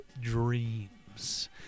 Dreams